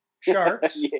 Sharks